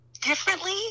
differently